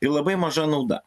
ir labai maža nauda